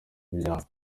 imiryango